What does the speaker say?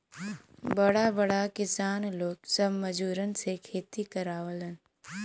बड़ा बड़ा किसान लोग सब मजूरन से खेती करावलन